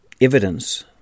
evidence